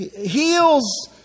heals